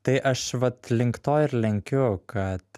tai aš vat link to ir lenkiu kad